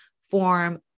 form